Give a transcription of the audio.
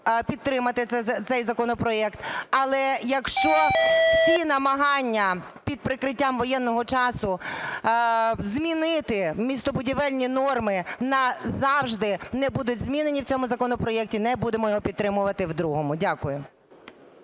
підтримати цей законопроект. Але якщо всі намагання під прикриттям воєнного часу змінити містобудівельні норми назавжди не будуть змінені в цьому законопроекті, не будемо його підтримувати в другому. Дякую.